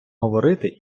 говорити